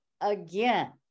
again